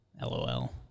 Lol